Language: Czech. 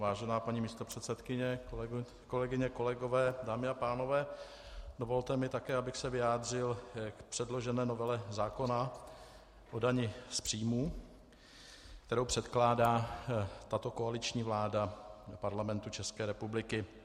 Vážená paní místopředsedkyně, kolegyně, kolegové, dámy a pánové, dovolte mi, abych se také vyjádřil k předložené novele zákona o daních z příjmů, kterou předkládá tato koaliční vláda Parlamentu České republiky.